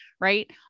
right